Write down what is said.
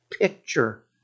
picture